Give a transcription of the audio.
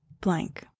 blank